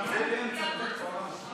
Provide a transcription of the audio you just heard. נגד עמיר פרץ,